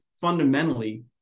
fundamentally